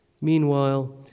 Meanwhile